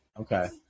Okay